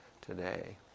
today